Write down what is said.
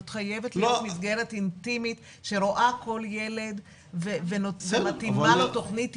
זאת חייבת להיות מסגרת אינטימית שרואה כל ילד ומתאימה לו תכנית אישית.